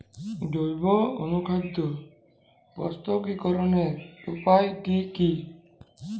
জৈব অনুখাদ্য প্রস্তুতিকরনের উপায় কী কী?